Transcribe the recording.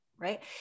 right